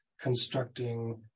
constructing